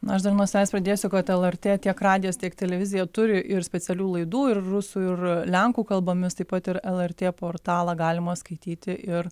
nu aš dar nuo savęs pridėsiu kad lrt tiek radijas tiek televizija turi ir specialių laidų ir rusų ir lenkų kalbomis taip pat ir lrt portalą galima skaityti ir